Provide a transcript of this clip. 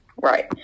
Right